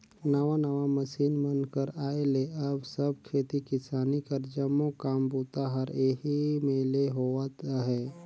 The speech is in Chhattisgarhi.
नावा नावा मसीन मन कर आए ले अब सब खेती किसानी कर जम्मो काम बूता हर एही मे ले होवत अहे